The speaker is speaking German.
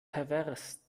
pervers